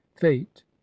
fate